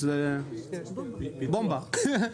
בומבוס, זה בומבה.